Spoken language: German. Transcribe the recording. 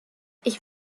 ich